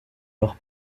leur